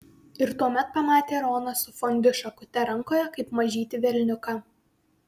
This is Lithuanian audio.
ir tuomet pamatė roną su fondiu šakute rankoje kaip mažytį velniuką